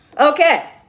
Okay